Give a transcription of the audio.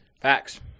Facts